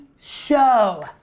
Show